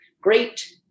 Great